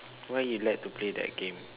why you like to play that game